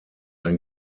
ein